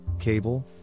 cable